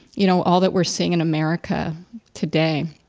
you know, all that we're seeing in america today.